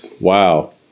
Wow